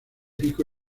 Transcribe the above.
pico